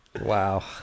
Wow